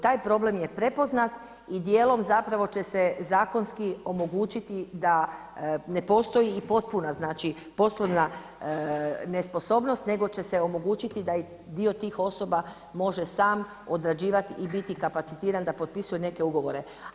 Taj problem je prepoznat i dijelom zapravo će se zakonski omogućiti da ne postoji i potpuna znači poslovna nesposobnost nego će se omogućiti da i dio tih osoba može sam odrađivati i biti kapacitiran da potpisuje neke ugovore.